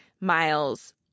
miles